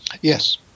yes